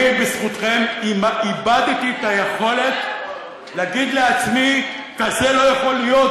אני בזכותכם איבדתי את היכולת להגיד לעצמי: כזה לא יכול להיות,